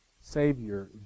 Savior